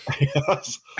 yes